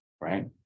right